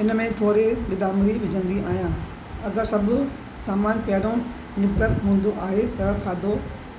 हिनमें थोरी गिदामड़ी विझंदी आहियां अगरि सभु सामान पहिरों निकितल हूंदो आहे त खाधो